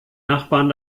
nachbarn